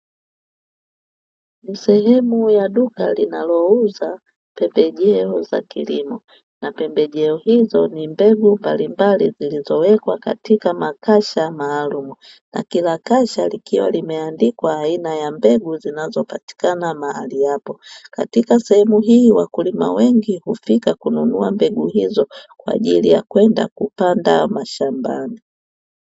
Sehemu ya duka linalouza pembejeo za kilimo, na pembejeo hizo mbegu mbalimbali zilizowekwa katika makasha maalumu, na kila kasha likiwa limeandikwa aina ya mbegu zinazopatikana mahali hapo. Katika sehemu hii wakulima wengi hufika kununua mbegu hizo kwa ajili ya kwenda kupanda mashambani.